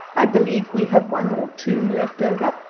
i believe we have one or two left over,